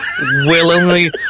willingly